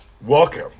Welcome